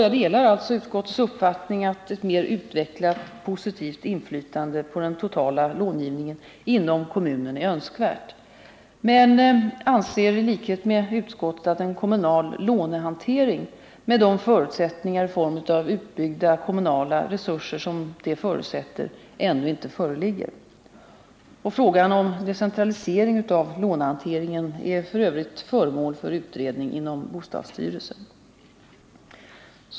Jag delar således utskottets uppfattning att ett mer utvecklat positivt inflytande på den totala långivningen inom kommunen är önskvärt, men jag anser i likhet med utskottet att en kommunal lånehantering med de förutsättningar i form av utbyggda kommunala resurser som detta fordrar ännu inte föreligger. Frågan om decentralisering av lånehanteringen är f. ö. föremål för utredning inom bostadsstyrelsen.